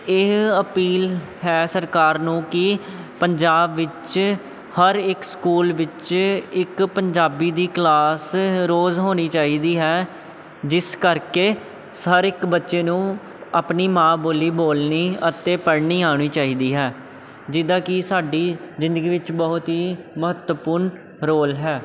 ਇਹ ਅਪੀਲ ਹੈ ਸਰਕਾਰ ਨੂੰ ਕਿ ਪੰਜਾਬ ਵਿੱਚ ਹਰ ਇੱਕ ਸਕੂਲ ਵਿੱਚ ਇੱਕ ਪੰਜਾਬੀ ਦੀ ਕਲਾਸ ਰੋਜ਼ ਹੋਣੀ ਚਾਹੀਦੀ ਹੈ ਜਿਸ ਕਰਕੇ ਹਰ ਇੱਕ ਬੱਚੇ ਨੂੰ ਆਪਣੀ ਮਾਂ ਬੋਲੀ ਬੋਲਣੀ ਅਤੇ ਪੜ੍ਹਨੀ ਆਉਣੀ ਚਾਹੀਦੀ ਹੈ ਜਿੱਦਾਂ ਕਿ ਸਾਡੀ ਜ਼ਿੰਦਗੀ ਵਿੱਚ ਬਹੁਤ ਹੀ ਮਹੱਤਵਪੂਰਨ ਰੋਲ ਹੈ